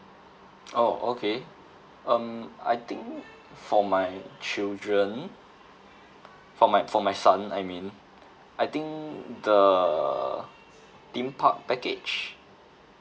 oh okay um I think for my children for my for my son I mean I think the theme park package